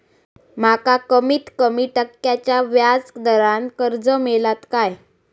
माका कमीत कमी टक्क्याच्या व्याज दरान कर्ज मेलात काय?